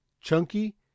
Chunky